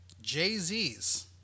jay-z's